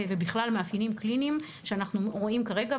ובכלל מבחינת מאפיינים קליניים שאנחנו רואים כרגע,